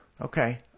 Okay